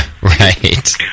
Right